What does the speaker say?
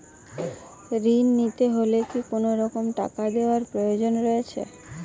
ঋণ নিতে হলে কি কোনরকম টাকা দেওয়ার প্রয়োজন রয়েছে?